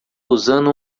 usando